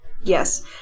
Yes